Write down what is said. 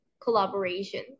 collaboration